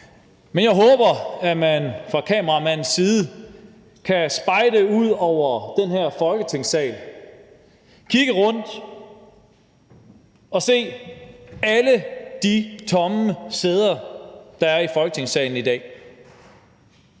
Men jeg håber, at man fra kameramandens side kan spejde ud over den her Folketingssal, kigge rundt og se alle de tomme sæder, der er i Folketingssalen i dag.